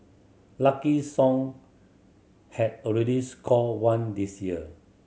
Lucky Song had already scored one this year